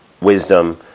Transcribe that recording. wisdom